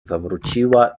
zawróciła